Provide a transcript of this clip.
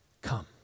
come